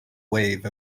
wave